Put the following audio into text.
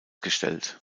gestellt